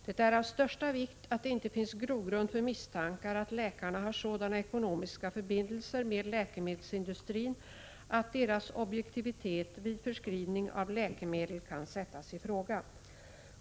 Det är av största vikt att det inte finns grogrund för misstankar att läkarna har sådana ekonomiska förbindelser med läkemedelsindustrin att deras objektivitet vid förskrivning av läkemedel kan sättas i fråga.